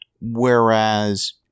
whereas